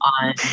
on